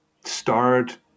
start